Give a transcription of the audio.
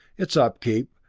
its upkeep,